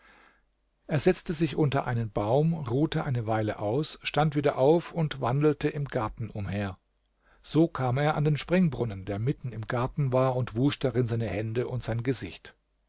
er setzte sich unter einen baum ruhte eine weile aus stand wieder auf und wandelte im garten umher so kam er an den springbrunnen der mitten im garten war und wusch darin seine hände und sein gesicht